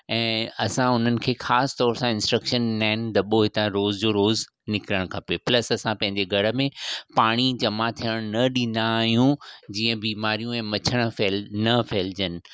ऐं असां हुननि खे ख़ासि तौरु सां इंस्ट्र्क्शनस ॾिना आहिनि दॿो हितां रोज़ु जो रोज़ु निकिरणु खपे प्लस असां पंहिंजे घर में पाणी जमा थियणु न ॾींदा आहियूं जीअं बीमारियूं ऐं मच्छर फैल न फहिलिजनि